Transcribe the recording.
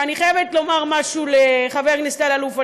ואני חייבת לומר משהו לחבר הכנסת אלאלוף.